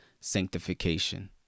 sanctification